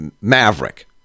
maverick